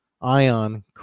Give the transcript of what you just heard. Ion